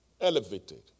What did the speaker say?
elevated